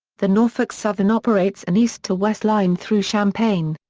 the norfolk southern operates an east to west line through champaign.